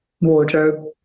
wardrobe